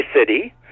city